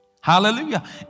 Hallelujah